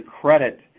credit